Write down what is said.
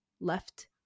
left